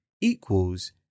equals